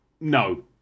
no